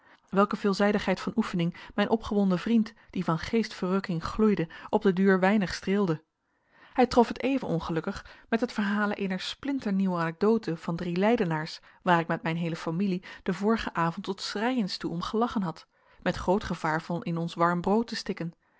welke veelzijdigheid van oefening mijn opgewonden vriend die van geestverrukking gloeide op den duur weinig streelde hij trof het even ongelukkig met het verhalen eener splinternieuwe anecdote van drie leidenaars waar ik met mijn heele familie den vorigen avond tot schreiens toe om gelachen had met groot gevaar van in ons warm brood te stikken